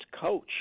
coach